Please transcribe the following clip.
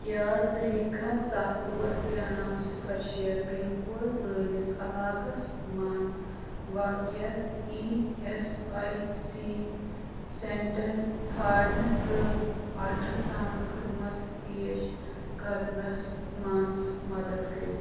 کیٛاہ ژٕ ہیٚککھا ستھ ٲٹھ ترےٚ نَو صفر شیے پِن کوڈ وٲلِس علاقس مَنٛز واقع E S I C centre ژھانٛڈنہٕ تہٕ الٹرٛا ساونٛڈ خدمت پیش کرنس مَنٛز مدد کٔرِتھ